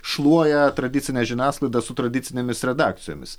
šluoja tradicinę žiniasklaidą su tradicinėmis redakcijomis